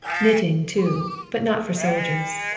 knitting, too but not for soldiers.